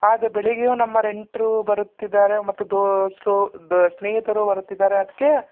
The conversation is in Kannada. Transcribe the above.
ಆದ್ರೆ ಬೆಳಿಗ್ಗೆಯೂ ನಮ್ಮ ನೆಂಟರು ಬರುತ್ತಿದ್ದಾರೆ ಮತ್ತು ಸ್ನೇಹಿತರೂ ಬರುತ್ತಿದ್ದಾರೆ ಅದಕ್ಕೆ